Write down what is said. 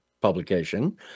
publication